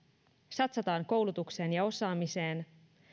satsataan koulutukseen ja osaamiseen